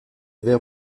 vers